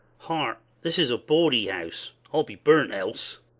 heart, this is a bawdy-house! i will be burnt else.